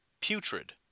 putrid